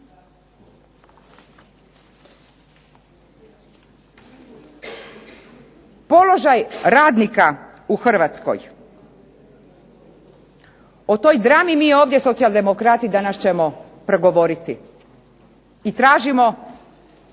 Položaj radnika u Hrvatskoj. O toj drami mi ovdje socijaldemokrati danas ćemo progovoriti i tražimo